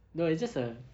no it's just a